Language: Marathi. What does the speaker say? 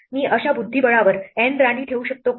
मी अशा बुद्धिबळावर N राणी ठेवू शकतो का